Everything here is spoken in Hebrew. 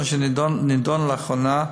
אשר נדון לאחרונה,